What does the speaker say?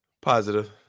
Positive